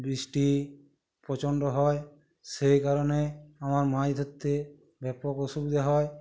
বৃষ্টি প্রচণ্ড হয় সেই কারণে আমার মাছ ধরতে ব্যাপক অসুবিধে হয়